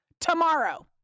tomorrow